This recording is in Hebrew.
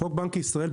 חוק בנק ישראל,